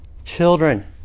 Children